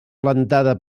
plantada